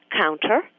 counter